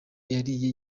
yariye